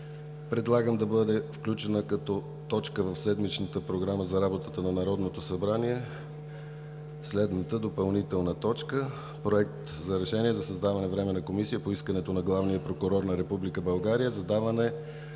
предлагам да бъде включена като точка в седмичната Програма за работата на Народното събрание следната допълнителна точка: проект за решение за създаване на Временна комисия по искането на главния прокурор на Република България,